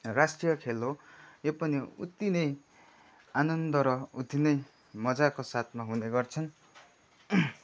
राष्ट्रिय खेल हो यो पनि उत्ति नै आनन्द र उत्ति नै मजाको साथमा हुने गर्छन्